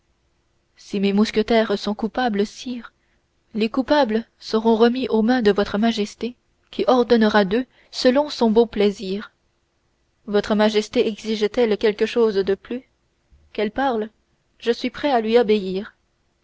si mes mousquetaires sont coupables sire les coupables seront remis aux mains de votre majesté qui ordonnera d'eux selon son bon plaisir votre majesté exige t elle quelque chose de plus qu'elle parle je suis prêt à lui obéir